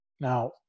Now